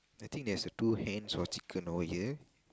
I think there's a two hens or chicken over here